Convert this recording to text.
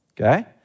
Okay